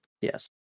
Yes